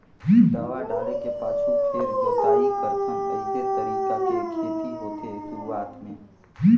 दवा डाले के पाछू फेर जोताई करथन अइसे तरीका के खेती होथे शुरूआत में